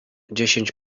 dziesięć